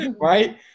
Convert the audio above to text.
Right